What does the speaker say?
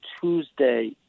Tuesday